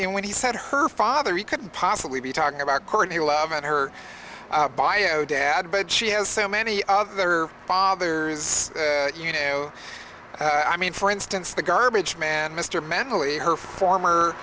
in when he said her father he couldn't possibly be talking about courtney love and her bio dad but she has so many other fathers you know i mean for instance the garbage man mr mentally her former